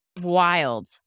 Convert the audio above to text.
wild